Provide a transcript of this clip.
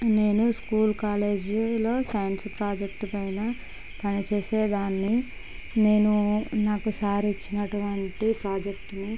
నేను స్కూల్ కాలేజీలో science project పైన పనిచేసేదాన్ని నేను నాకు సార్ ఇచ్చినటువంటి ప్రాజెక్టుని